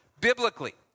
biblically